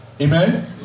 Amen